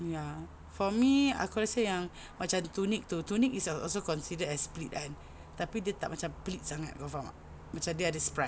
ya for me aku rasa yang macam ada tunic tu tunic is also considered as pleats kan tapi dia tak macam pleats sangat kau faham tak macam dia ada spread